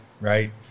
right